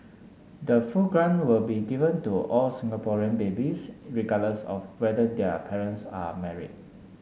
the full grant will be given to all Singaporean babies regardless of whether their parents are married